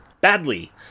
Badly